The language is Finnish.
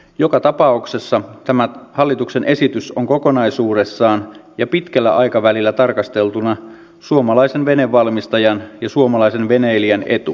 joka tapauksessa tämä hallituksen esitys on kokonaisuudessaan ja pitkällä aikavälillä tarkasteltuna suomalaisen venevalmistajan ja suomalaisen veneilijän etu